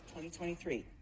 2023